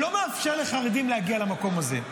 לא מאפשר לחרדים להגיע למקום הזה.